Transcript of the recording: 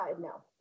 No